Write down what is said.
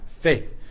faith